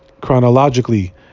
chronologically